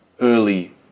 early